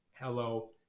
hello